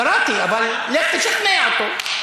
קראתי, אבל לך תשכנע אותו.